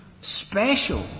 special